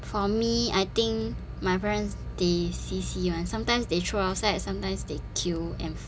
for me I think my parents they see see [one] sometimes they throw outside sometimes they kill and